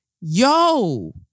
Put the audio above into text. Yo